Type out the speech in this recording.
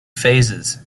phases